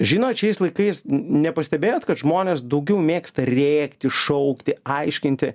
žinot šiais laikais nepastebėjot kad žmonės daugiau mėgsta rėkti šaukti aiškinti